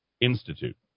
Institute